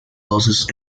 dosis